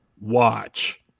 watch